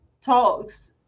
talks